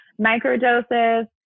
microdoses